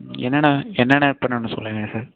ம் என்னென்ன என்னென்ன பண்ணணும் சொல்லுங்கள் சார்